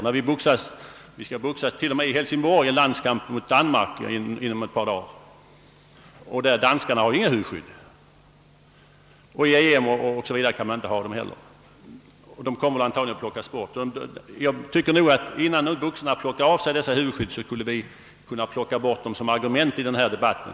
När vi skall ha en boxningslandskamp mot Danmark i Hälsingborg om ett par dagar kommer de inte att användas av danskarna, och i EM kan man inte heller använda dem. De kommer antagligen att plockas bort. Innan boxarna tar av sig huvudskydden borde debattörerna plocka bort dem som argument i debatten.